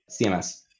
CMS